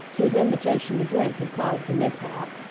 whose invitation to drink had caused the mishap.